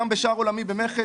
גם בשער עולמי במכס.